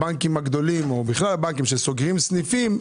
בנקים גדולים שסוגרם סניפים,